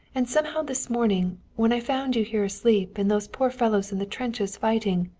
and somehow this morning, when i found you here asleep, and those poor fellows in the trenches fighting